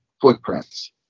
footprints